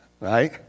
Right